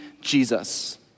Jesus